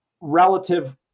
relative